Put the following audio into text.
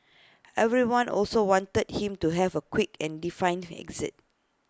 everyone also wanted him to have A quick and defined exit